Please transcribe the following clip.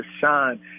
shine